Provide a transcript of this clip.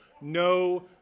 no